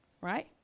right